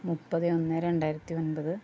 മുപ്പത് ഒന്ന് രണ്ടായിരത്തി ഒൻപത്